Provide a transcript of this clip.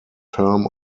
term